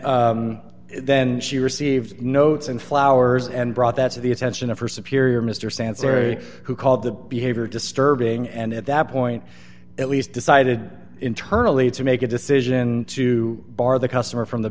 then then she received notes and flowers and brought that to the attention of her superior mr stansbury who called the behavior disturbing and at that point at least decided internally to make a decision to bar the customer from the